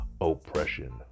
oppression